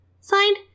Signed